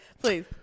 please